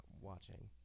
watching